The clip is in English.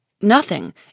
Nothing